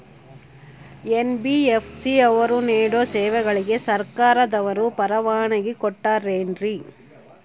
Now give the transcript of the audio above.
NBFC ಅವರು ನೇಡೋ ಸೇವೆಗಳಿಗೆ ಸರ್ಕಾರದವರು ಪರವಾನಗಿ ಕೊಟ್ಟಾರೇನ್ರಿ?